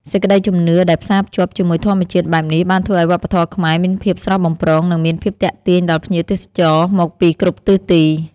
សេចក្តីជំនឿដែលផ្សារភ្ជាប់ជាមួយធម្មជាតិបែបនេះបានធ្វើឱ្យវប្បធម៌ខ្មែរមានភាពស្រស់បំព្រង និងមានភាពទាក់ទាញដល់ភ្ញៀវទេសចរមកពីគ្រប់ទិសទី។